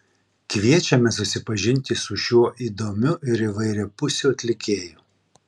kviečiame susipažinti su šiuo įdomiu ir įvairiapusiu atlikėju